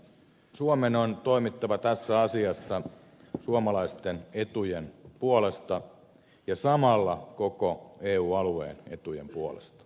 suomen on toimittava tässä asiassa suomalaisten etujen puolesta ja samalla koko eu alueen etujen puolesta